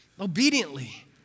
obediently